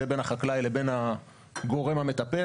זה בין החקלאי לבין הגורם המטפל.